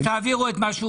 תעבירו את מה שהוא